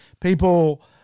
People